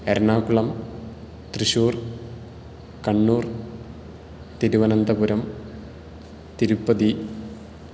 Ernakulam Thrissur Kannur Thiruvananthapuram Tirupati